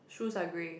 shoes are grey